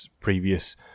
previous